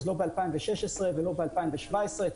לא ב-2016 ולא ב-2017.